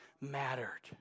mattered